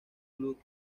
club